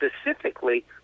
specifically